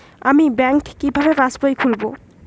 আমি ব্যাঙ্ক কিভাবে পাশবই খুলব?